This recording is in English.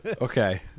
Okay